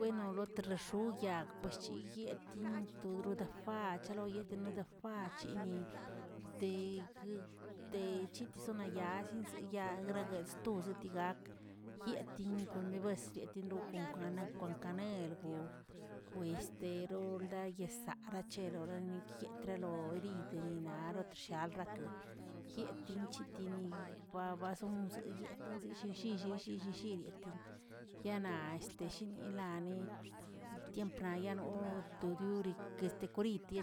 weno loteroxoyag pues shchiyeting todroda fab, chaloyeta nedafachini teguə te chitesinayallezn agragueꞌ stozə dii gak, yetin kon nebasryetin kon kwane kon kwanelgo, pues teroldaꞌyesə aracheronilkə yetrolo yiridinarot shalrrakə, yetin chetinin babazonzə yetin zezinllellinllilliretien yana este shinilaneꞌe triempna yano todiori kə